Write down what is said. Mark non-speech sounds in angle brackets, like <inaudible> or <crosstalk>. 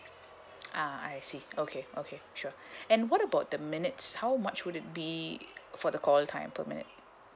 ah I see okay okay sure <breath> and what about the minutes how much would it be for the call time per minute